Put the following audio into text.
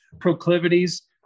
proclivities